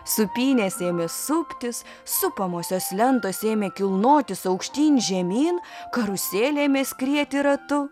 sūpynės ėmė suptis supamosios lentos ėmė kilnotis aukštyn žemyn karuselė ėmė skrieti ratu